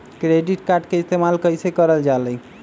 Credit card के इस्तेमाल कईसे करल जा लई?